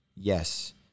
Yes